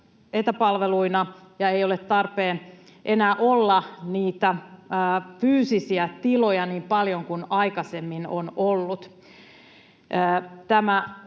etäpalveluina, ja ei ole tarpeen enää olla niitä fyysisiä tiloja niin paljon kuin aikaisemmin on ollut.